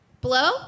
Blow